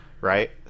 right